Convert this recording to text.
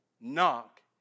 Knock